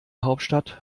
hauptstadt